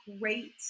great